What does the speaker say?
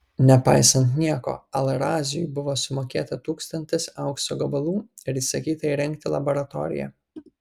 nepaisant nieko al raziui buvo sumokėta tūkstantis aukso gabalų ir įsakyta įrengti laboratoriją